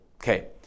Okay